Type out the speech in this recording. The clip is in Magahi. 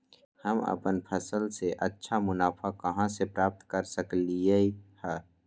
हम अपन फसल से अच्छा मुनाफा कहाँ से प्राप्त कर सकलियै ह?